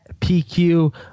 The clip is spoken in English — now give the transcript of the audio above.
PQ